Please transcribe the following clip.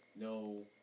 no